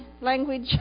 language